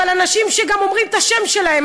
אבל אנשים שגם אומרים את השם שלהם,